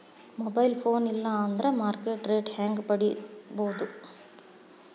Mobile phone ಇಲ್ಲಾ ಅಂದ್ರ market rate ಹೆಂಗ್ ಪಡಿಬೋದು?